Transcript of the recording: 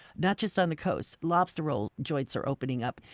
not just on the coast, lobster roll joints are opening up.